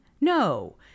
No